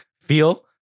feel